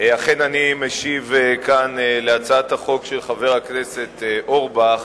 אכן אני משיב כאן להצעת החוק של חבר הכנסת אורבך